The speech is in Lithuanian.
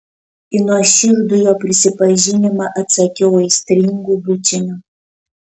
į nuoširdų jo prisipažinimą atsakiau aistringu bučiniu